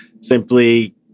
simply